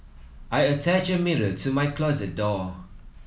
I attached a mirror to my closet door